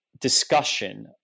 discussion